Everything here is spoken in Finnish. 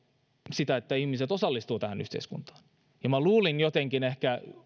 sitä että ihmiset osallistuvat tähän yhteiskuntaan minä luulin jotenkin ehkä